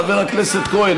חבר הכנסת כהן,